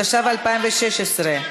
התשע"ו 2016,